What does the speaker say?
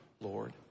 Lord